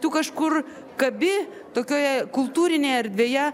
tu kažkur kabi tokioje kultūrinėje erdvėje